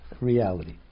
reality